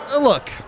Look